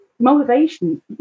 motivation